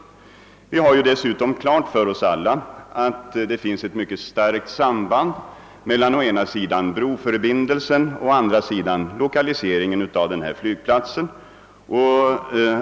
Alla har vi också klart för oss att det finns ett mycket starkt samband mellan å ena sidan broförbindelsen och å andra sidan lokaliseringen av denna flygplats.